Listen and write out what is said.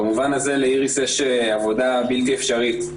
במובן הזה לאיריס יש עבודה בלתי אפשרית.